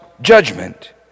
judgment